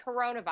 coronavirus